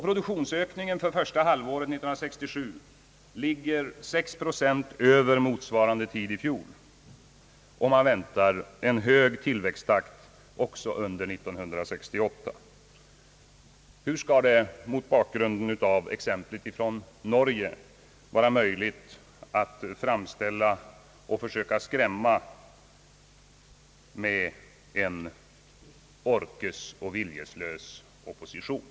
Produktionsökningen för första halvåret 1967 ligger 6 procent över motsvarande tid i fjol, och man väntar en hög tillväxttakt också under 1968. Hur skall det mot bakgrunden av exemplet från Norge vara möjligt att skrämma med en orkesoch viljelös opposition?